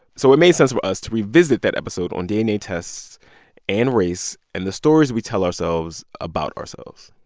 so it made sense for us to revisit that episode on dna tests and race and the stories we tell ourselves about ourselves